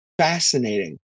fascinating